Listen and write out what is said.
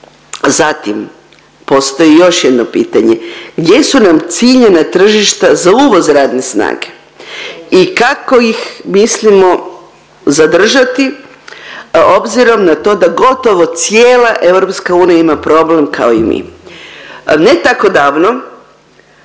Zatim, postoji još jedno pitanje gdje su nam ciljana tržišta za uvoz radne snage i kako ih mislimo zadržati obzirom na to da gotovo cijela EU ima problem kao i mi. Ne tako davno